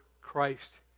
Christ